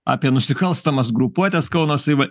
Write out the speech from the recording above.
apie nusikalstamas grupuotes kauno saviva